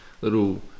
Little